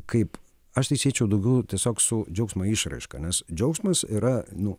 kaip aš tai siečiau daugiau tiesiog su džiaugsmo išraiška nes džiaugsmas yra nu